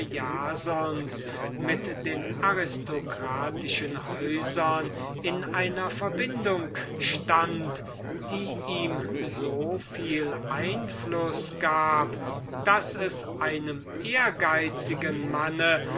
jasonpriester mit den aristokratischen häusern in einer verbindung stund die ihm so viel einfluß gab daß es einem ehrgeizigen manne